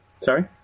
sorry